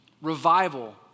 Revival